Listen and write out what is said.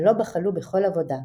ולא בחלו בכל עבודה.